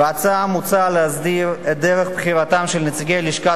בהצעה מוצע להסדיר את דרך בחירתם של נציגי לשכת